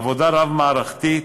עבודה רב-מערכתית,